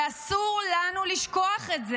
ואסור לנו לשכוח את זה,